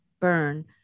burn